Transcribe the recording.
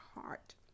heart